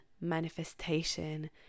manifestation